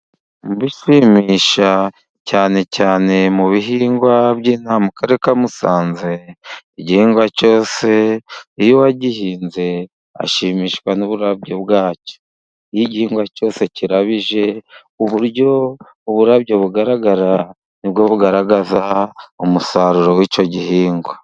Mu bishimisha cyane cyane mu bihingwa, by'ino aha mu karere ka Musanze, igihingwa cyose uwagihinze, ashimishwa n'uburabyo bw'acyo, igihingwa cyose kirabije uburyo uburabyo bugaragara, ni bwo bugaragaza umusaruro w'icyo gihingwa.